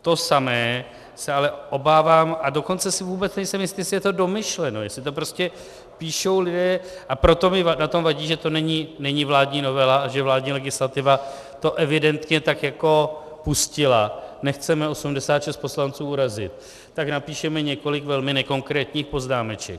To samé se ale obávám, a dokonce si vůbec nejsem jistý, jestli je to domýšleno, jestli to prostě píšou lidé, a proto mi na tom vadí, že to není vládní novela a že vládní legislativa to evidentně tak jako pustila, nechceme 86 poslanců urazit, tak napíšeme několik velmi nekonkrétních poznámeček.